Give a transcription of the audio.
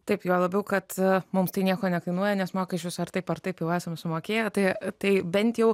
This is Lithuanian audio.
taip juo labiau kad mums tai nieko nekainuoja nes mokesčius ar taip ar taip jau esam sumokėję tai tai bent jau